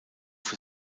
für